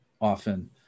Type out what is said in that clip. often